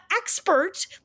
expert